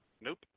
nope